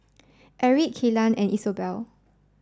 Erik Kellan and Isobel